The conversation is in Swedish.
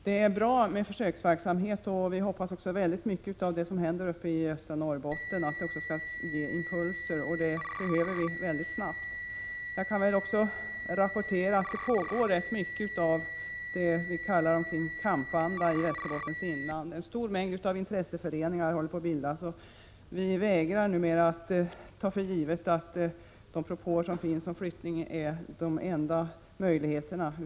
Det är bra med försöksverksamhet, och vi hoppas att det som händer uppe i västra Norrbotten också skall ge impulser till Västerbotten — det behöver vi mycket snabbt. Jag kan också rapportera att det pågår mycket som är utslag av vad Anna-Greta Leijon kallade kampanda i Västerbottens inland. Intresseföreningar håller på att bildas, och vi vägrar numera att ta för givet att de propåer som görs om flyttning är de enda möjligheterna.